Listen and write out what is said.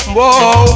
Whoa